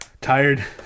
tired